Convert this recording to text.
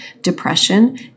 depression